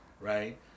right